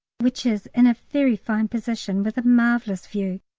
which is in a very fine position with a marvellous view.